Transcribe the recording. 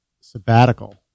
sabbatical